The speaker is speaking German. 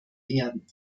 werden